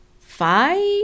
five